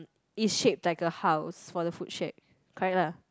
it's shaped like a house for the food shack correct lah